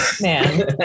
man